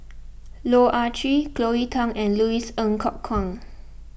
Loh Ah Chee Cleo Thang and Louis Ng Kok Kwang